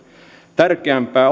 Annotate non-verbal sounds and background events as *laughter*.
tärkeämpää *unintelligible*